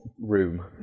room